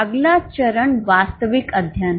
अगला चरण वास्तविक अध्ययन है